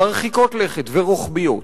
מרחיקות לכת ורוחביות,